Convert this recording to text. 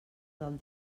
del